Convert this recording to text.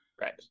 Right